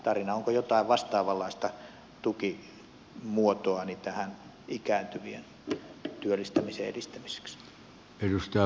onko jotain vastaavanlaista tukimuotoa ikääntyvien työllistämisen edistämiseksi